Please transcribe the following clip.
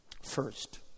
First